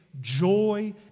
Joy